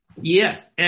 Yes